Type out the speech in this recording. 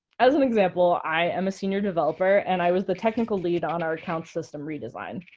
as an example, i am a senior developer. and i was the technical lead on our account system redesign.